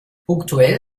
punktuell